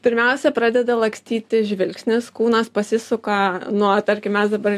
pirmiausia pradeda lakstyti žvilgsnis kūnas pasisuka nuo tarkim mes dabar